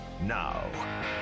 now